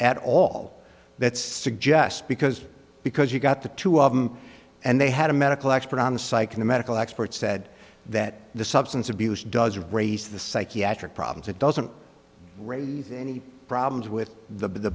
at all that suggests because because you've got the two of them and they had a medical expert on the psych in the medical experts said that the substance abuse does raise the psychiatric problems it doesn't raise any problems with the